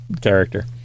character